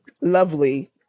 lovely